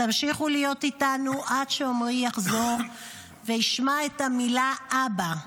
תמשיכו להיות איתנו עד שעמרי יחזור וישמע את המילה אבא.